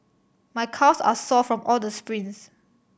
my calves are sore from all the sprints